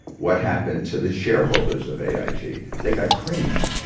what happened to the shareholders of aig? they got creamed.